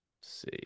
see